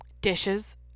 Dishes